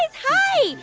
hi.